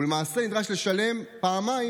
ולמעשה נדרש לשלם פעמיים,